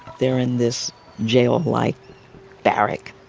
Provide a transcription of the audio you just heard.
they're in this jail-like like barrack.